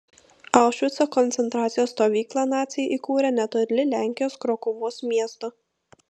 aušvico koncentracijos stovyklą naciai įkūrė netoli lenkijos krokuvos miesto